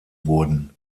wurden